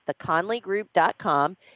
theconleygroup.com